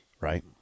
Right